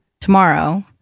tomorrow